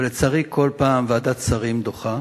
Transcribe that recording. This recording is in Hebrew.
אבל לצערי, כל פעם ועדת שרים דוחה